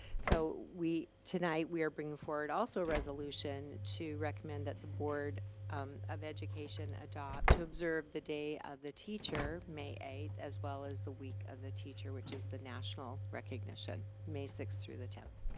so we, tonight we are bringing forward also resolution to recommend that the board of education adopt, to observe the day of the teacher, may eighth, as well as the week of the teacher, which is the national recognition, may sixth through the tenth.